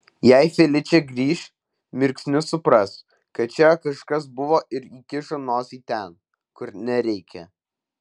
jei feličė grįš mirksniu supras kad čia kažkas buvo ir įkišo nosį ten kur nereikia